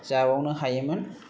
जाबावनो हायोमोन